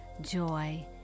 joy